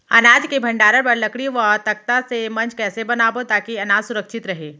अनाज के भण्डारण बर लकड़ी व तख्ता से मंच कैसे बनाबो ताकि अनाज सुरक्षित रहे?